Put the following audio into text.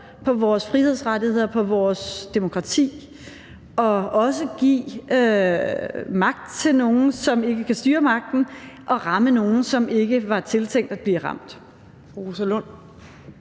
på vores frihedsrettigheder, på vores demokrati, og også give magt til nogen, som ikke kan styre magten, og ramme nogen, som ikke var tiltænkt at blive ramt.